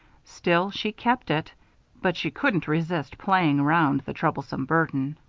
still, she kept it but she couldn't resist playing around the troublesome burden.